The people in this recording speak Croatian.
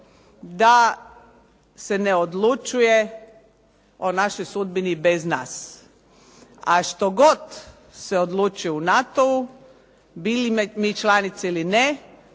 da se ne odlučuje o našoj sudbini bez nas. A što god da se odlučuje u NATO-u bile mi članice ili ne,